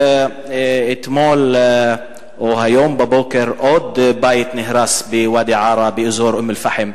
אתמול או היום בבוקר עוד בית נהרס בוואדי-עארה באזור אום-אל-פחם,